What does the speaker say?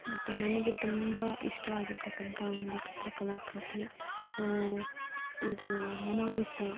ಮತ್ತು ನನಗೆ ತುಂಬ ಇಷ್ಟವಾಗಿರ್ತಕ್ಕಂಥ ಒಂದು ಚಿತ್ರಕಲಾ ಕೃತಿ ಇದು ಮೊನಾಲಿಸಾ